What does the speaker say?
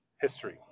history